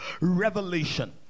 revelation